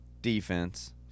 defense